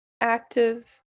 active